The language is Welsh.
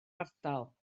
ardal